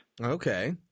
Okay